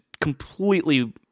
completely